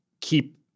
keep